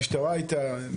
המשטרה הייתה,